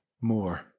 more